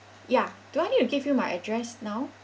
ya do I need to give you my address now